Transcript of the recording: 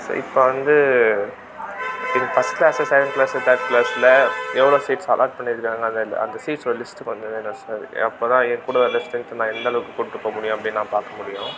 sir இப்போ வந்து இப்போ first class second class third க்ளாஸில் எவ்வளோ சீட்ஸ் அலாட் பண்ணியிருக்குறாங்க அந்த அந்த சீட்ஸோடய லிஸ்ட் கொஞ்சம் வேணும் சார் அப்போ தான் என் கூட வர ஸ்ட்ரென்த்து நான் எந்த அளவுக்கு கூட்டுகிட்டு போகமுடியும் அப்படின்னு நான் பார்க்க முடியும்